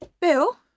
Bill